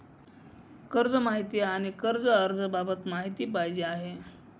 कर्ज माहिती आणि कर्ज अर्ज बाबत माहिती पाहिजे आहे